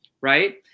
right